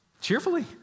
Cheerfully